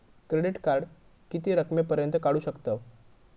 Credit card किती रकमेपर्यंत काढू शकतव?